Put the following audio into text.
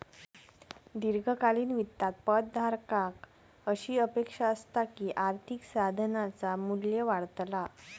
दीर्घकालीन वित्तात पद धारकाक अशी अपेक्षा असता की आर्थिक साधनाचा मू्ल्य वाढतला